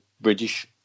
British